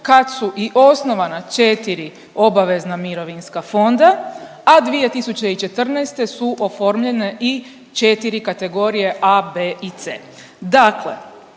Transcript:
kad su i osnovana 4 obavezna mirovinska fonda, a 2014. su oformljene i 4 kategorije A, B i C.